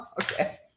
Okay